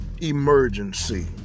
emergency